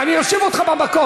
היו באחדות.